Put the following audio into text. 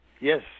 Yes